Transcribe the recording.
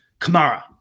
kamara